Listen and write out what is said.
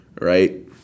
right